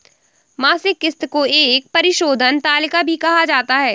मासिक किस्त को एक परिशोधन तालिका भी कहा जाता है